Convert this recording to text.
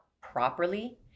properly